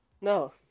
No